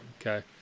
Okay